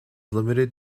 limited